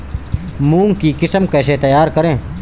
मूंग की किस्म कैसे तैयार करें?